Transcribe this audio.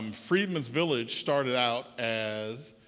um freedman's village started out as